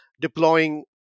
deploying